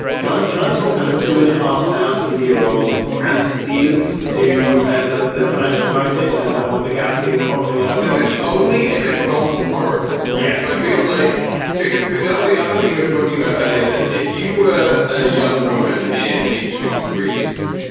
can i? can i talk about a two and a half thousand year old antecedents to ah the the financial crisis and the hope, the gaussian copula? this is only if it involves an oracle. yes, i feel like because that is the other thing we were talking about earlier, that if you were a young woman in ancient greece,